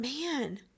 man